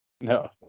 No